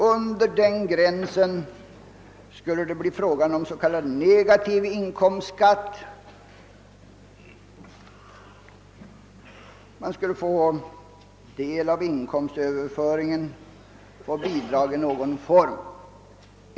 Under denna skulle det bli fråga om s.k. negativ inkomstskatt. Man skulle få del av inkomstöverföringen och bidrag i någon form.